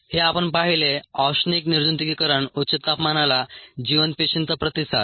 हे आपण पाहिले औष्णिक निर्जंतुकीकरण उच्च तापमानाला जिवंत पेशींचा प्रतिसाद